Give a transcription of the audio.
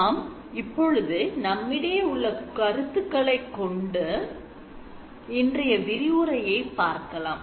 நாம் இப்பொழுது நம்மிடையே உள்ள கருத்துக்களைக் கொண்டு இன்றைய விரிவுரையை பார்க்கலாம்